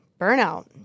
Burnout